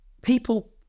people